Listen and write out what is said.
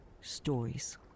stories